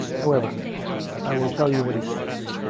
however i will tell you what he says.